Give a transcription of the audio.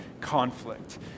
conflict